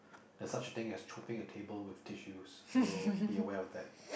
there's such a thing as chopping a table with tissues so be aware of that